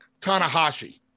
Tanahashi